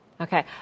Okay